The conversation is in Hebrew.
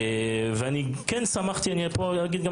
אני אגיד גם